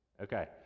Okay